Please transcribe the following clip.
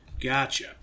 Gotcha